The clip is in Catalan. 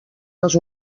les